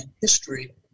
history